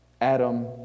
Adam